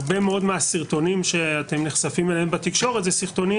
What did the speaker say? הרבה מאוד מהסרטונים שאתם נחשפים אליהם בתקשורת אלה סרטונים